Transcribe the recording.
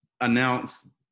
announce